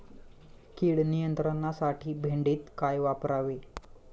कीड नियंत्रणासाठी भेंडीत काय वापरावे?